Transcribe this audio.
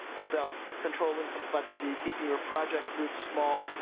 about controlling complexity, keeping a project group small,